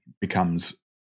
becomes